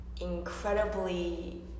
incredibly